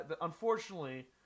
Unfortunately